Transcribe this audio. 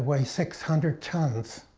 weigh six hundred tons.